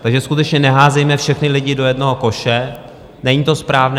Takže skutečně neházejme všechny lidi do jednoho koše, není to správné.